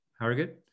Harrogate